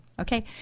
Okay